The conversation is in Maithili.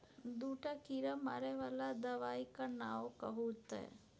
दूटा कीड़ा मारय बला दबाइक नाओ कहू तए